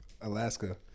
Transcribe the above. Alaska